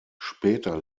später